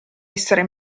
essere